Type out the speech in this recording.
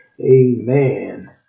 Amen